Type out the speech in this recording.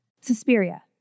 Suspiria